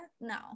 No